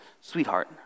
sweetheart